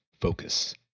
focus